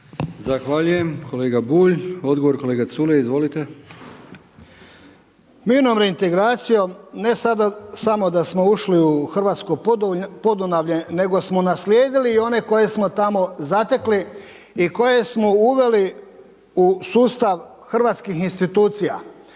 Zahvaljujem kolega Bulj. Odgovor kolega Culej. Izvolite. **Culej, Stevo (HDZ)** Mirnom reintegracijom ne sada samo da smo ušli u Hrvatsko Podunavlje, nego smo naslijedili i one koje smo tamo zatekli i koje smo uveli u sustav hrvatskih institucija